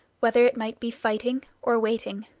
whether it might be fighting or waiting.